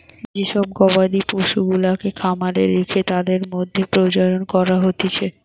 যে সব গবাদি পশুগুলাকে খামারে রেখে তাদের মধ্যে প্রজনন করা হতিছে